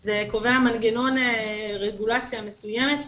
זה קובע מנגנון רגולציה מסוימת,